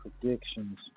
predictions